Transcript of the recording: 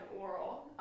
oral